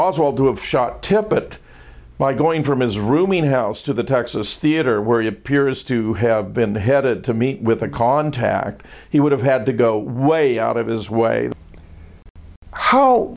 wald to have shot tippit by going from his rooming house to the texas theater where he appears to have been headed to meet with a contact he would have had to go way out of his way how